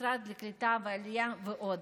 המשרד לקליטת העלייה ועוד.